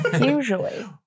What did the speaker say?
Usually